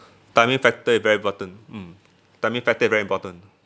timing factor very important mm timing factor very important